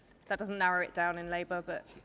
that does not narrow it down in labour but!